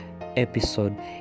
episode